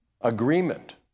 agreement